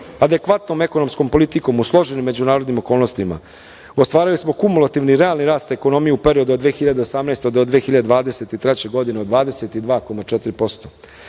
Adekvatnom ekonomskom politikom u složenim međunarodnim okolnostima ostvarili smo kumulativni i realni rast ekonomije u periodu od 2018. do 2023. godine od 22,4%,